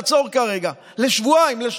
ולעצור כרגע לשבועיים-לשלושה?